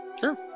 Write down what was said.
Sure